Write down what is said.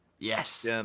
Yes